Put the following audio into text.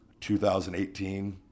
2018